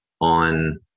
on